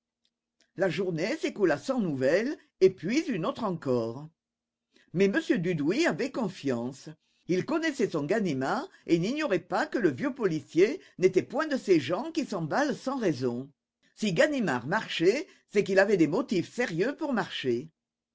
la journée s'écoula sans nouvelles et puis une autre encore mais m dudouis avait confiance il connaissait son ganimard et n'ignorait pas que le vieux policier n'était point de ces gens qui s'emballent sans raison si ganimard marchait c'est qu'il avait des motifs sérieux pour marcher